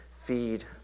feed